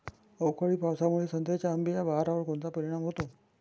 अवकाळी पावसामुळे संत्र्याच्या अंबीया बहारावर कोनचा परिणाम होतो?